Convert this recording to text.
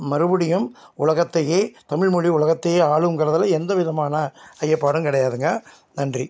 மறுபடியும் உலகத்தையே தமிழ் மொழி உலகத்தையே ஆளுங்கிறதுல எந்த விதமான ஐயப்பாடும் கிடையாதுங்க நன்றி